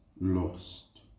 lost